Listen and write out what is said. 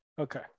Okay